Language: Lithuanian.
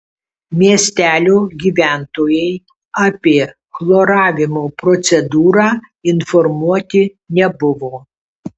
miestelio gyventojai apie chloravimo procedūrą informuoti nebuvo